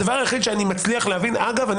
אגב,